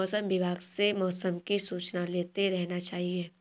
मौसम विभाग से मौसम की सूचना लेते रहना चाहिये?